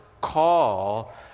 call